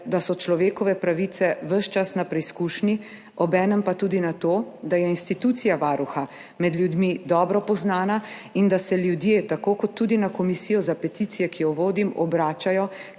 da so človekove pravice ves čas na preizkušnji, obenem pa tudi na to, da je institucija Varuha med ljudmi dobro poznana in da se ljudje, tako kot tudi na Komisijo za peticije, ki jo vodim, obračajo,